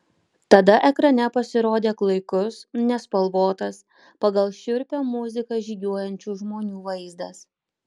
tada ekrane pasirodė klaikus nespalvotas pagal šiurpią muziką žygiuojančių žmonių vaizdas